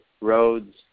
roads